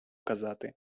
казати